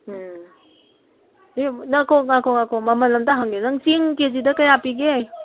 ꯎꯝ ꯉꯥꯏꯈꯣ ꯉꯥꯏꯈꯣ ꯉꯥꯏꯈꯣ ꯃꯃꯟ ꯑꯝꯇ ꯍꯪꯒꯦ ꯅꯪ ꯆꯦꯡ ꯀꯦ ꯖꯤꯗ ꯀꯌꯥ ꯄꯤꯒꯦ